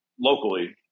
locally